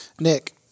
Nick